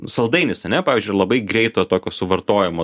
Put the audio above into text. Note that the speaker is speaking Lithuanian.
saldainis ane pavyzdžiui labai greito tokio suvartojimo